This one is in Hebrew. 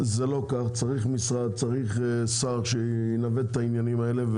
-- צריך משרד, צריך שר שילווה את העניינים האלה.